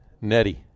Nettie